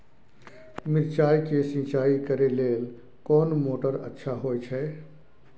मिर्चाय के सिंचाई करे लेल कोन मोटर अच्छा होय छै?